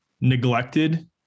neglected